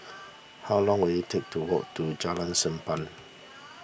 how long will it take to walk to Jalan Sappan